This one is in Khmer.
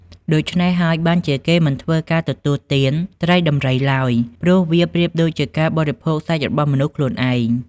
ដូច្នេះហើយបានជាគេមិនធ្វើការទទួលទានត្រីដំរីឡើយ ព្រោះវាប្រៀបដូចជាការបរិភោគសាច់របស់មនុស្សខ្លួនឯង។